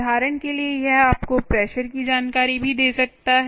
उदाहरण के लिए यह आपको प्रेशर की जानकारी भी दे सकता है